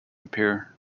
appear